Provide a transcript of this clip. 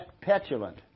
petulant